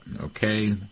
Okay